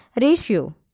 ratio